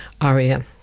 Aria